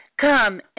Come